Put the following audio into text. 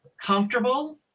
comfortable